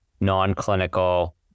non-clinical